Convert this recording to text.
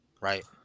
right